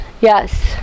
Yes